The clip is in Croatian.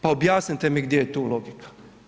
Pa objasnite mi gdje je tu logika?